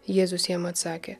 jėzus jam atsakė